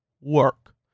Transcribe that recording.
work